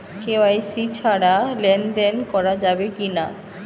KYC ছাড়া লেনদেন করা যাবে কিনা?